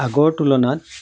আগৰ তুলনাত